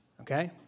okay